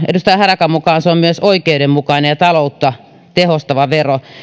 edustaja harakan mukaan se on myös oikeudenmukainen ja taloutta tehostava vero